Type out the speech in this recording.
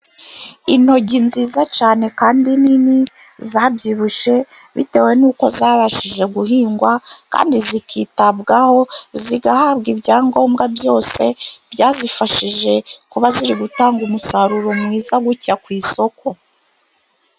Intoryi nziza cyane kandi nini zabyibushye bitewe n'uko zabashije guhingwa, kandi zikitabwaho zigahabwa ibyangombwa byose, byazifashije kuba ziri gutanga umusaruro mwiza gutya ku isoko.